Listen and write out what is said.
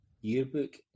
Yearbook